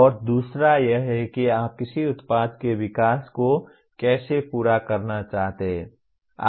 और दूसरा यह है कि आप किसी उत्पाद के विकास को कैसे पूरा करना चाहते हैं